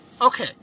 Okay